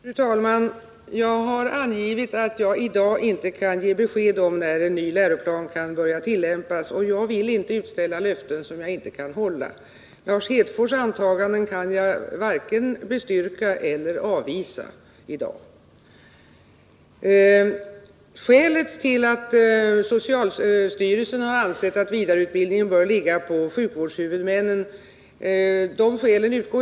Fru talman! Av mitt svar framgår att jag i dag inte kan ge besked om när en ny läroplan kan börja tillämpas. Jag vill inte utställa löften som jag inte kan hålla. Lars Hedfors antaganden kan jag i dag varken bestyrka eller avvisa. Jag utgår ifrån att det finns berättigade skäl till att socialstyrelsen har ansett att vidareutbildningen bör anordnas av sjukvårdshuvudmännen.